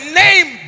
name